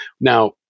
Now